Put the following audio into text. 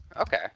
Okay